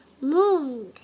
Moon